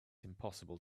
impossible